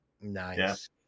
nice